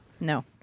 No